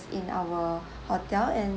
in hotel and